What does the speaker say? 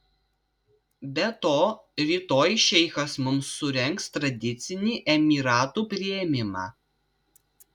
be to rytoj šeichas mums surengs tradicinį emyratų priėmimą